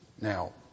Now